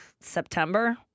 September